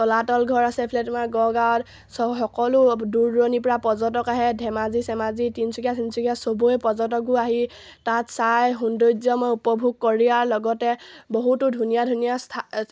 তলাতল ঘৰ আছে এইফালে তোমাৰ গড়গাঁৱত চব সকলো দূৰ দূৰণিৰপৰা পৰ্যটক আহে ধেমাজি চেমাজি তিনচুকীয়া চিনচুকীয়া চবৰে পৰ্যটকবোৰ আহি তাত চায় সৌন্দৰ্যময় উপভোগ কৰাৰ লগতে বহুতো ধুনীয়া ধুনীয়া